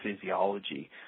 physiology